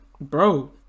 bro